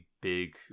big